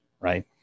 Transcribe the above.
right